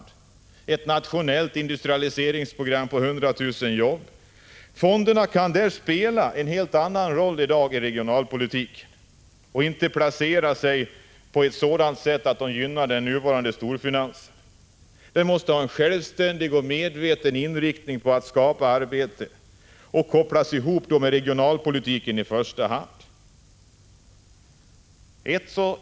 Det behövs ett nationellt industrialiseringsprogram för 100 000 jobb. Fonderna kunde då spela en helt annan roll än i dag i regionalpolitiken och skulle inte placera sina medel på ett sådant sätt att det gynnar den nuvarande storfinansen. De måste ha en självständig och medveten inriktning för att skapa arbeten. De måste kopplas ihop med i första hand regionalpolitiken.